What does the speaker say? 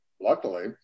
luckily